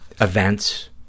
events